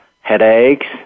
headaches